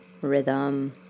rhythm